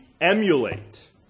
emulate